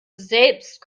selbst